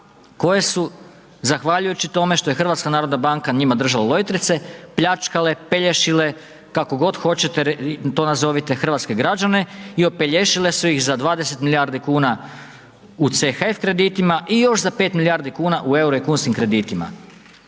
koje su zahvaljujući tome što je HNB njima držala lojtrice, pljačkale, pelješile, kako god hoćete to nazovite, hrvatske građane i opelješile su ih za 20 milijardi kuna u CHF kreditima i još za 5 milijardi kuna u euro i kunskim kreditima.